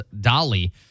Dolly